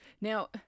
Now